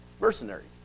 mercenaries